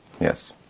Yes